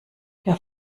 der